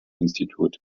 institut